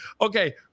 Okay